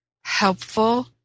helpful